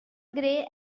grey